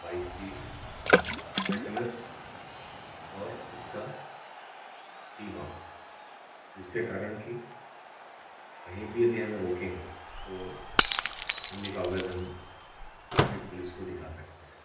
bike की fitness और उसका बीमा जिसके कारण कि कहीं भी यदि हमें रोकें तो हम भी कागज़ हम ट्रैफिक पुलिस को दिखा सकते हैं